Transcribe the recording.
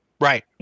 Right